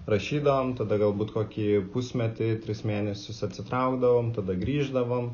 rašydavom tada galbūt kokį pusmetį tris mėnesius atsitraukdavom tada grįždavom